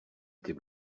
était